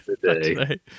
today